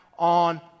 on